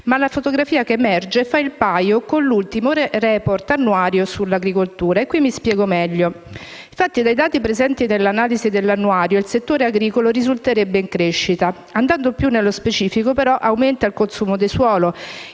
ma la fotografia che emerge fa il paio con l'ultimo *report* annuario sull'agricoltura. Mi spiego meglio: dai dati presenti nell'analisi dell'annuario, il settore agricolo risulterebbe in crescita. Andando più nello specifico, però, aumenta il consumo di suolo,